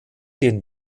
den